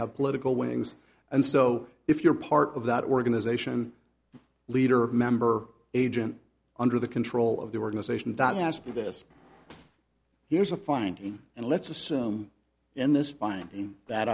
have political wings and so if you're part of that organization leader member agent under the control of the organization that has been this here's a find and let's assume in this find that